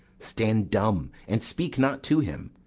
stand dumb, and speak not to him.